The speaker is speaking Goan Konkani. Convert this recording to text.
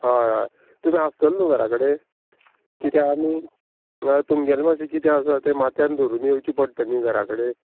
हय हय तुमी आसतले न्हू घरा कडेन किद्या आमी तुमगेले मात्शे कितें आसा तें मात्यान धरून येवचें पडटा न्ही घरा कडेन